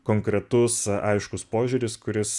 konkretus aiškus požiūris kuris